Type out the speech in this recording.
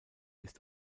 ist